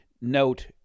note